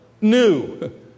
new